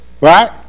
right